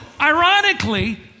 ironically